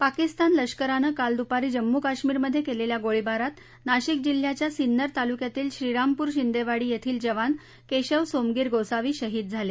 पाकिस्तान लष्करानं काल द्पारी जम्मू काश्मीरमधे केलेल्या गोळीबारात नाशिक जिल्ह्याच्या सिन्नर तालुक्यातील श्रीरामपूर शिंदेवाडी येथील जवान केशव सोमगीर गोसावी शहीद झाले